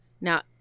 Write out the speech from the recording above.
Now